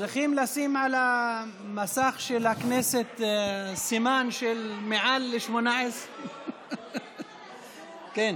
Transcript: צריך לשים על המסך של הכנסת סימן של מעל 18. אוקיי,